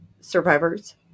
survivors